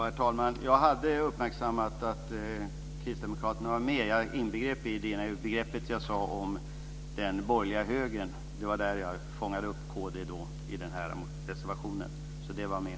Fru talman! Jag hade uppmärksammat att Kristdemokraterna var med. Jag inbegrep partiet i begreppet den borgerliga högern. Det var där jag fångade upp kd i reservationen. Det var med.